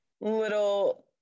little